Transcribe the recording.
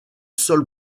sol